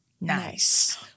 Nice